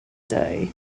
day